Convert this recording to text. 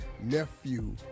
nephew